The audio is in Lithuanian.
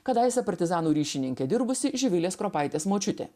kadaise partizanų ryšininke dirbusi živilės kropaitės močiutė